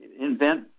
invent